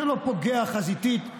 שלא פוגע חזיתית.